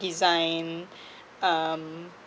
design um